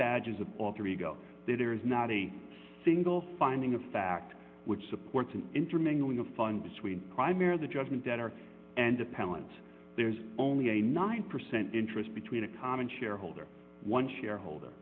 badges of alter ego there is not a single finding of fact which supports an intermingling a fund between primarily the judgment debtor and appellant there's only a nine percent interest between a common shareholder one shareholder